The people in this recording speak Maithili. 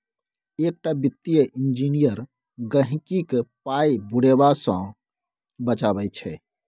एकटा वित्तीय इंजीनियर गहिंकीक पाय बुरेबा सँ बचाबै छै